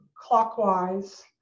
clockwise